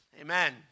Amen